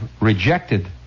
rejected